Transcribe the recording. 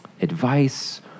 advice